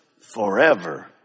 forever